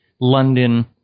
London